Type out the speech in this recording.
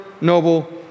noble